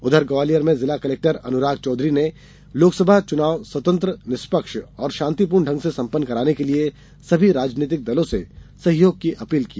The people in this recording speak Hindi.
उधर ग्वालियर में जिला कलेक्टर अनुराग चौधरी ने लोकसभा चुनाव स्वतंत्र निष्पक्ष और शांतिपूर्ण ढंग से सम्पन्न कराने के लिए सभी राजनीतिक दलों से सहयोग की अपील की